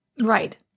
Right